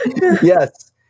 Yes